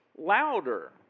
louder